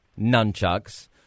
nunchucks